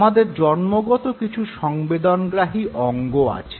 আমাদের জন্মগত কিছু সংবেদনগ্রাহী অঙ্গ আছে